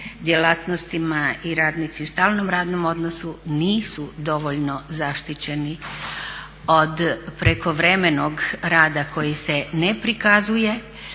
djelatnostima i radnici u stalnom radnom odnosu nisu dovoljno zaštićeni od prekovremenog rada koji se ne prikazuje